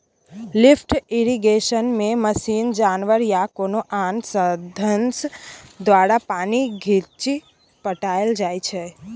lift इरिगेशनमे machine, जानबर या कोनो आन साधंश द्वारा पानि घीचि पटाएल जाइ छै